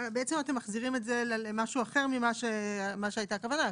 אתם מחזירים את זה למשהו אחר ממה שהייתה הכוונה.